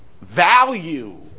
value